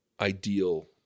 ideal